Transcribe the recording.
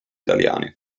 italiani